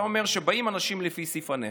אתה אומר שבאים אנשים לפי סעיף הנכד.